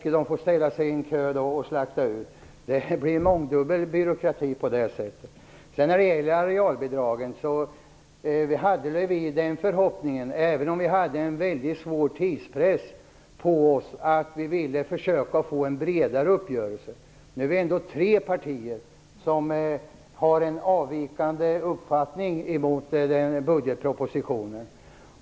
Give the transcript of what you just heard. Man får ställa sig i kö och slakta ur djurbesättningen. Det blir mångdubbel byråkrati på det sättet. När det gäller arealbidragen hade vi den förhoppningen att vi skulle kunna få en bredare uppgörelse även om vi hade en mycket svår tidspress på oss. Nu är vi ändå tre partier som har en avvikande uppfattning emot budgetpropositionen.